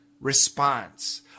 response